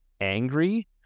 angry